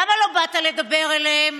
למה לא באת לדבר אליהם?